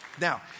Now